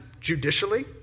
judicially